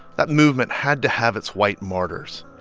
that movement had to have its white martyrs